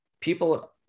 People